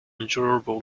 endurable